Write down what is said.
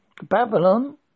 Babylon